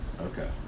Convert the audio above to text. Okay